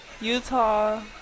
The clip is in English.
Utah